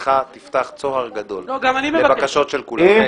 שבקשתך תפתח צוהר גדול לבקשות של כולם.